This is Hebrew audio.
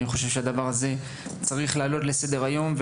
אני חושב שהדבר זה צריך לעלות לסדר היום.